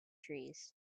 trees